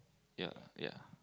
yea yea